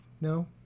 No